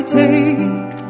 take